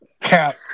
Cap